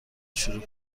شروع